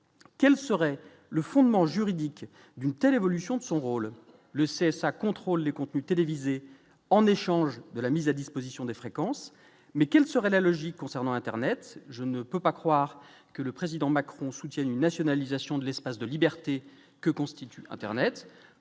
quel serait le fondement juridique d'une telle évolution de son rôle, le CSA contrôle des contenus télévisés en échange de la mise à disposition des fréquences, mais quelle serait la logique concernant Internet, je ne peux pas croire que le président Macron soutient une nationalisation de l'espace de liberté que constitue Internet